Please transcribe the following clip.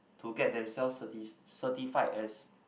to get themselves certi~ certified as